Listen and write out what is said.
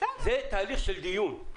אנחנו בתהליך של דיון.